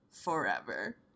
forever